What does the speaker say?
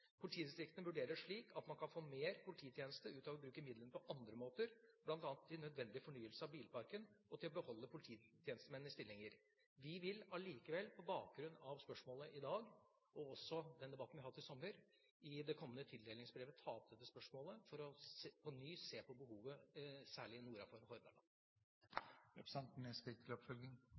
Politidistriktene vurderer det slik at man kan få mer polititjeneste ut av å bruke midlene på andre måter, bl.a. til nødvendig fornyelse av bilparken og til å beholde polititjenestemenn i stillinger. Vi vil allikevel på bakgrunn av spørsmålet i dag – og også den debatten vi har hatt i sommer – i det kommende tildelingsbrevet ta opp dette spørsmålet for på ny å se på behovet, særlig nord for Hordaland.